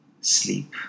Sleep